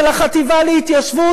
של החטיבה להתיישבות,